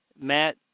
Matt